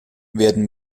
werden